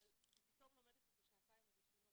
אבל היא פתאום לומדת את השעתיים הראשונות